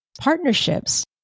partnerships